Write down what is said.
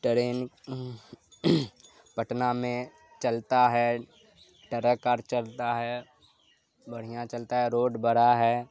train Patna میں چلتا ہے ٹرک اور چلتا ہے بڑھیا چلتا ہے روڈ بڑا ہے